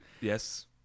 Yes